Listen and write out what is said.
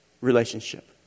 relationship